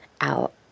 out